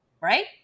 right